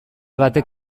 batek